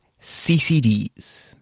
CCDs